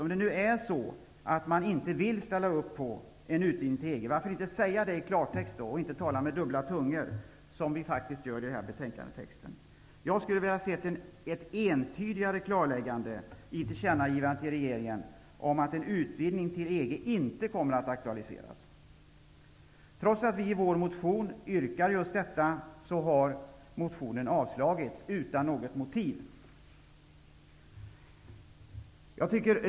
Om man inte vill ställa upp på en utvidgning till EG, varför inte säga det i klartext och inte tala med dubbla tungor, som vi faktiskt gör i den här betänkandetexten? Jag skulle vilja se ett entydigare klarläggande i tillkännagivandet till regeringen om att en utvidgning till EG inte kommer att aktualiseras. Trots att vi i vår motion yrkar just detta har motionen avstyrkts utan något motiv.